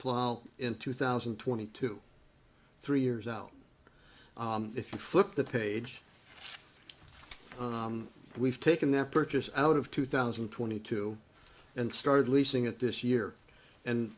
plow in two thousand and twenty two three years out if you flip the page we've taken that purchase out of two thousand and twenty two and started leasing it this year and